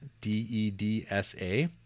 D-E-D-S-A